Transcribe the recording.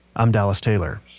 i'm dallas taylor.